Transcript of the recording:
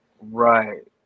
Right